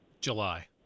July